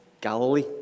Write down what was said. Galilee